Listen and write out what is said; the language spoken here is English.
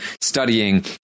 studying